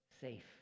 safe